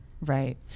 Right